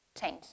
Change